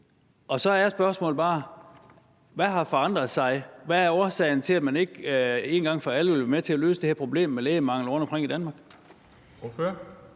Så er spørgsmålet bare: Hvad har forandret sig? Hvad er årsagen til, at man ikke en gang for alle vil være med til at løse det her problem med lægemangel rundtomkring i Danmark?